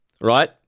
right